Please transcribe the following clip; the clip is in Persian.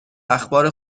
اخبار